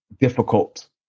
difficult